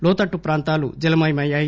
లోతట్టు ప్రాంతాలు జలమయమయ్యాయి